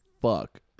fuck